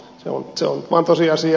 se on vaan tosiasia